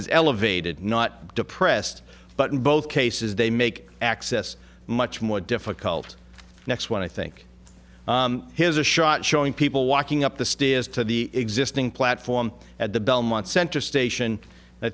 is elevated not depressed but in both cases they make access much more difficult next one i think here's a shot showing people walking up the stairs to the existing platform at the belmont central station i